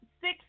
six